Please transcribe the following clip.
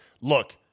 Look